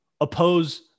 oppose